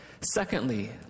Secondly